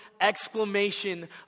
exclamation